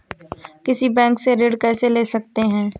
किसी बैंक से ऋण कैसे ले सकते हैं?